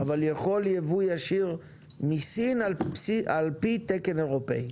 אבל יכול ייבוא ישיר מסין על פי תקן אירופאי.